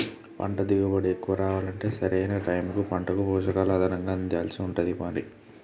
పంట దిగుబడి ఎక్కువ రావాలంటే సరి అయిన టైముకు పంటకు పోషకాలు అదనంగా అందించాల్సి ఉంటది మరి